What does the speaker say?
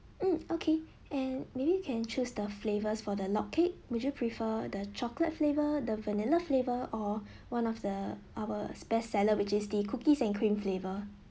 mm okay and maybe you can choose the flavors for the log cake would you prefer the chocolate flavor the vanilla flavour or one of the our spare cellar which is the cookies and cream flavour